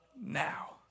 now